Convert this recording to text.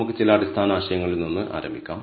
നമുക്ക് ചില അടിസ്ഥാന ആശയങ്ങളിൽ നിന്ന് ആരംഭിക്കാം